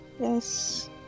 yes